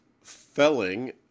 felling